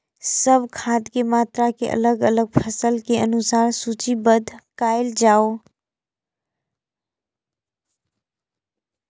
सब खाद के मात्रा के अलग अलग फसल के अनुसार सूचीबद्ध कायल जाओ?